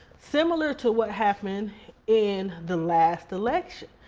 similar to what happened in the last election.